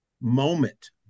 moment